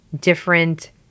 different